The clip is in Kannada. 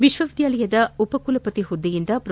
ವಿಶ್ವ ವಿದ್ಯಾಲಯದ ಉಪಕುಲಪತಿ ಹುದ್ದೆಯಿಂದ ಪ್ರೋ